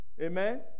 Amen